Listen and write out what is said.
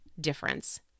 difference